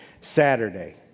Saturday